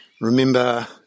Remember